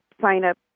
sign-up